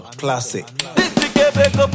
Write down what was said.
classic